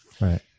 Right